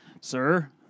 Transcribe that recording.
Sir